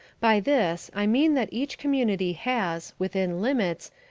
by this i mean that each community has, within limits,